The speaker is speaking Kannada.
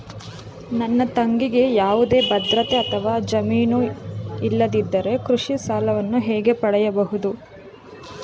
ನನ್ನ ತಂಗಿಗೆ ಯಾವುದೇ ಭದ್ರತೆ ಅಥವಾ ಜಾಮೀನು ಇಲ್ಲದಿದ್ದರೆ ಕೃಷಿ ಸಾಲವನ್ನು ಹೇಗೆ ಪಡೆಯಬಹುದು?